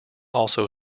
also